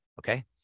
Okay